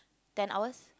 ten hours